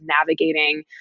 navigating